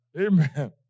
Amen